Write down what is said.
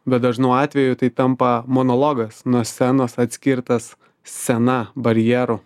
bet dažnu atveju tai tampa monologas nuo scenos atskirtas scena barjeru